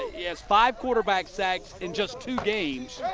yeah five quarterback sacks in just two games.